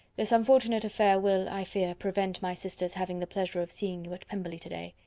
this unfortunate affair will, i fear, prevent my sister's having the pleasure of seeing you at pemberley to-day.